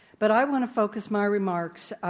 but i want to focus my remarks,